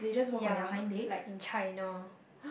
ya like in China